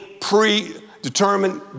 pre-determined